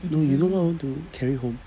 no you know why I want to carry home